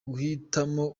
guhitamo